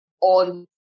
on